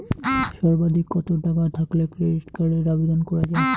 সর্বাধিক কত টাকা থাকলে ক্রেডিট কার্ডের আবেদন করা য়ায়?